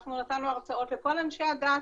אנחנו נתנו הרצאות לכל אנשי הדת,